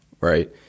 Right